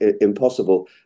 impossible